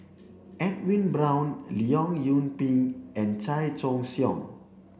Edwin Brown Leong Yoon Pin and Chan Choy Siong